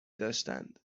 داشتند